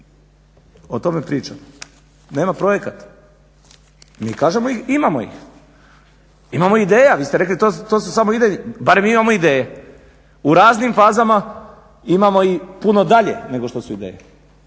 O tome pričam, nema projekata. Mi kažemo imamo ih, imamo ideja, vi ste rekli to su samo idejni, barem imamo ideje. U raznim fazama imamo i puno dalje nego što su ideje